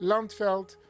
Landveld